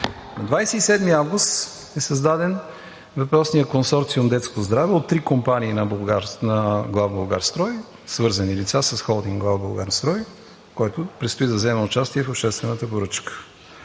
27 август е създаден въпросният консорциум „Детско здраве“ от три компании на „Главбулгарстрой“ – свързани лица с Холдинг „Главбулгарстрой“, който предстои да вземе участие в обществената поръчка.